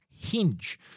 Hinge